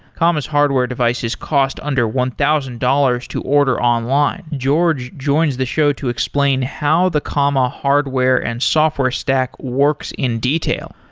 comma's hardware devices cost under one thousand dollars to order online george joins the show to explain how the comma hardware and software stack works in detail,